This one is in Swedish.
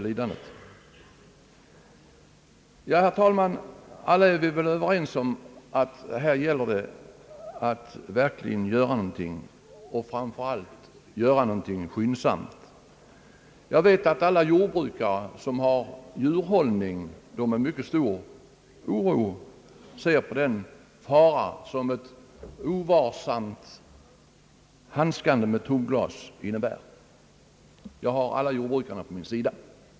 Herr talman! Alla är vi väl överens om att det gäller att verkligen göra någonting och framför allt göra någonting skyndsamt. Jag vet att alla jordbrukare som håller djur ser med mycket stor oro på den fara som ett obetänksamt handskande med tomglas innebär. Jag har alla jordbrukarna på min sida.